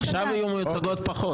עכשיו הן יהיו מיוצגות פחות.